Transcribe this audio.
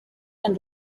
and